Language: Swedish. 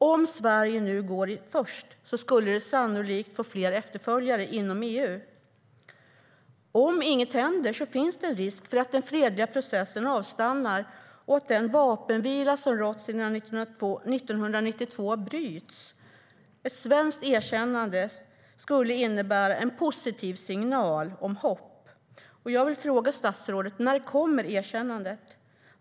Om Sverige nu går före skulle det sannolikt få efterföljare inom EU. Om inget händer finns en risk för att den fredliga processen avstannar och att den vapenvila som rått sedan 1992 bryts. Ett svenskt erkännande skulle innebära en positiv signal om hopp. Jag vill fråga statsrådet: När kommer erkännandet?